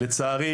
לצערי,